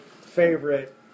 favorite